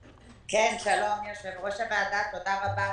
שלום, יושב-ראש הוועדה, תודה רבה.